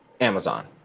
amazon